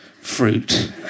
fruit